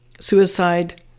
suicide